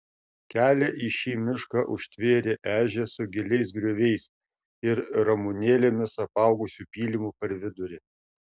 kelią į šį mišką užtvėrė ežia su giliais grioviais ir ramunėlėmis apaugusiu pylimu per vidurį